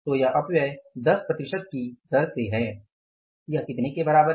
तो यह अपव्यय 10 प्रतिशत की दर से है यह कितने के बराबर है